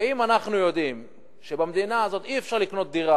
ואם אנחנו יודעים שבמדינה הזאת אי-אפשר לקנות דירה,